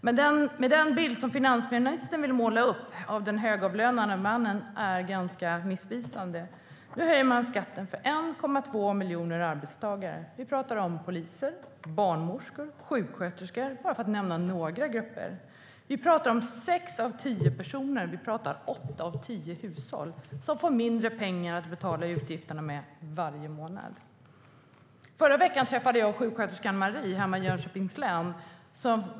Men den bild som finansministern vill måla upp av den högavlönade mannen är ganska missvisande. Nu höjer man skatten för 1,2 miljoner arbetstagare. Vi pratar om poliser, barnmorskor, sjuksköterskor - för att nämna några grupper. Vi pratar om sex av tio personer, om åtta av tio hushåll som får mindre pengar att betala utgifterna med varje månad. Förra veckan träffade jag sjuksköterskan Marie hemma i Jönköpings län.